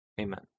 Amen